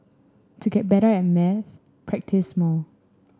to get better at maths practise more